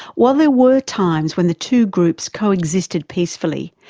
while there were times when the two groups coexisted peacefully,